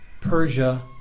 Persia